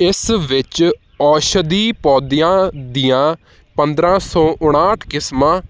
ਇਸ ਵਿੱਚ ਔਸ਼ਧੀ ਪੌਦਿਆਂ ਦੀਆਂ ਪੰਦਰਾਂ ਸੋ ਉਨਾਹਠ ਕਿਸਮਾਂ